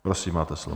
Prosím, máte slovo.